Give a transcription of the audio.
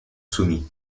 soumis